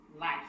life